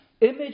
image